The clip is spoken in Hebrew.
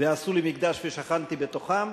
"ועשו לי מקדש ושכנתי בתוכם".